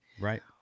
right